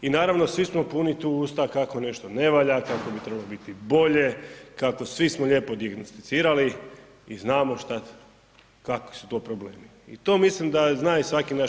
I naravno svi smo puni tu usta kako nešto ne valja, kako bi trebalo biti bilje, kako smo svi lijepo dijagnosticirali i znamo kakvi su to problemi i to mislim da zna i svaki naš